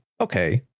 okay